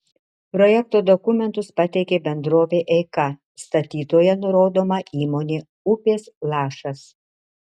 projekto dokumentus pateikė bendrovė eika statytoja nurodoma įmonė upės lašas